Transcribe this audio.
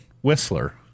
Whistler